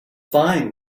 fine